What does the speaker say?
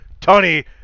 Tony